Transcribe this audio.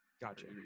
Gotcha